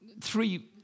Three